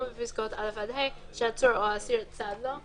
בפסקאות (א) עד (ה) שעצור או אסיר צד לו,